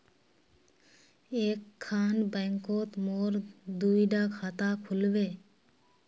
एक खान बैंकोत मोर दुई डा खाता खुल बे?